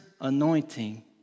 anointing